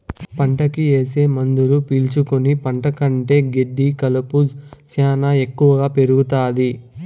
పంటకి ఏసే మందులు పీల్చుకుని పంట కంటే గెడ్డి కలుపు శ్యానా ఎక్కువగా పెరుగుతాది